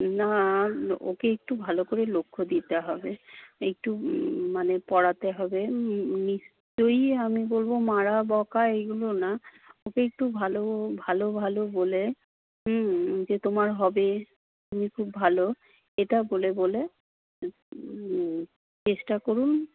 না ওকে একটু ভালো করে লক্ষ্য দিতে হবে একটু মানে পড়াতে হবে নিশ্চই আমি বলবো মারা বকা এইগুলো না ওকে একটু ভালো ভালো ভালো বলে যে তোমার হবে তুমি খুব ভালো এটা বলে বলে চেষ্টা করুন